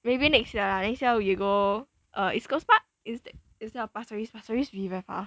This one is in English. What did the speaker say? maybe next year lah next year we go uh east coast park instea~ instead of pasir ris pasir ris a bit far